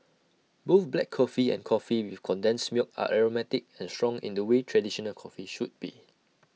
both black coffee and coffee with condensed milk are aromatic and strong in the way traditional coffee should be